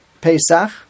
Pesach